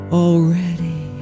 already